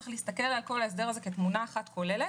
צריך להסתכל על כל ההסדר הזה כתמונה אחת כוללת.